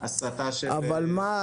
אבל מה,